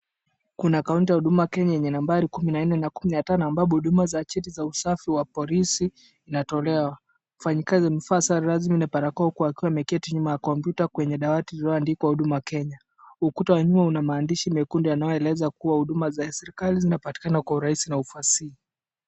Kuna account ya huduma ya Kenya yenye nambari kumi na nne na kumi na tano ambapo huduma za achili za usafi wa polisi inatolewa. Mfanyikazi Mufasa lazima inapelekwa huku akiwa ameketi nyuma ya computer kwenye dawati lililoandikwa Huduma Kenya. Ukuta wa nyuma una maandishi mekundu yanayoeleza kuwa huduma za serikali zina patikana kwa urahisi na ufasihi.